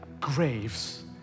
graves